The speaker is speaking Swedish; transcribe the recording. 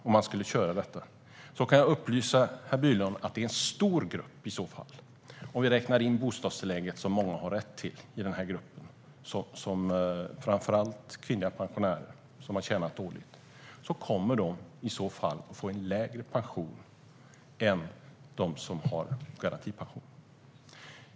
Då skulle en stor grupp - om vi räknar in bostadstillägget, som många har rätt till i den här gruppen, framför allt kvinnliga pensionärer som har tjänat dåligt - få en lägre pension än de som har garantipension.